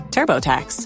TurboTax